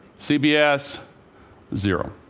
cbs zero.